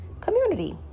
community